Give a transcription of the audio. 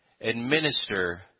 administer